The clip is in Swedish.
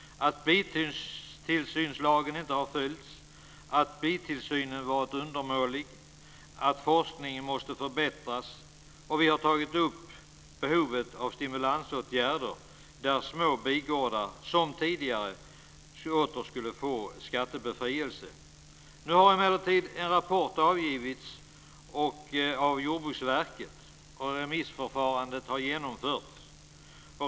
Det har gällt att bitillsynslagen inte har följts, att bitillsynen varit undermålig och att forskningen måste förbättras. Vi har också tagit upp behovet av stimulansåtgärder där små bigårdar åter, som tidigare, skulle få skattebefrielse. Nu har emellertid en rapport avgivits av Jordbruksverket, och remissförfarandet har genomförts.